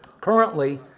Currently